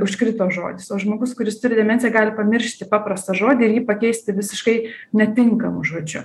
užkrito žodis o žmogus kuris turi demensiją gali pamiršti paprastą žodį ir jį pakeisti visiškai netinkamu žodžiu